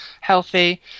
healthy